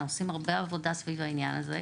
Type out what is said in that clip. אנחנו עושים הרבה עבודה סביב העניין הזה,